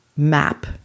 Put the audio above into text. map